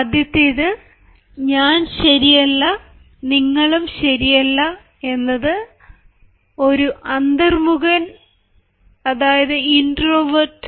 ആദ്യത്തേത് ഞാൻ ശരിയല്ല നിങ്ങളും ശരിയല്ല എന്നത് ഒരു അന്തർമുകൻ പറയുന്ന വാക്കുകൾ ആണ്